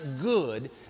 good